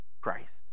Christ